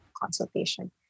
consultation